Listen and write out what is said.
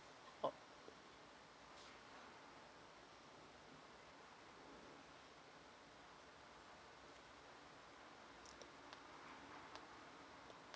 oh